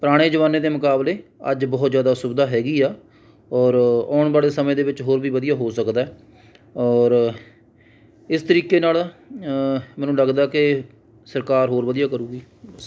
ਪੁਰਾਣੇ ਜ਼ਮਾਨੇ ਦੇ ਮੁਕਾਬਲੇ ਅੱਜ ਬਹੁਤ ਜ਼ਿਆਦਾ ਸੁਵਿਧਾ ਹੈਗੀ ਆ ਔਰ ਆਉਣ ਵਾਲੇ ਸਮੇਂ ਦੇ ਵਿੱਚ ਹੋਰ ਵੀ ਵਧੀਆ ਹੋ ਸਕਦਾ ਹੈ ਔਰ ਇਸ ਤਰੀਕੇ ਨਾਲ ਮੈਨੂੁੰ ਲੱਗਦਾ ਕਿ ਸਰਕਾਰ ਹੋਰ ਵਧੀਆ ਕਰੇਗੀ